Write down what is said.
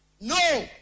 No